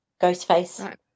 Ghostface